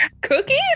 Cookies